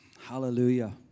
hallelujah